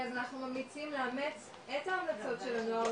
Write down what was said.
אז אנחנו ממליצים לאמץ את ההמלצות של הנוער,